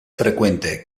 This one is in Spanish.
frecuente